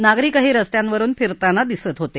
नागरिकही रस्त्यावरुन फिरताना दिसत होते